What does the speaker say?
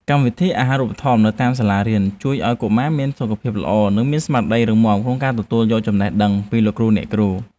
កម្មវិធីអាហាររូបត្ថម្ភនៅតាមសាលារៀនជួយឱ្យកុមារមានសុខភាពល្អ និងមានស្មារតីរឹងមាំក្នុងការទទួលយកចំណេះដឹងពីលោកគ្រូអ្នកគ្រូ។